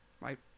right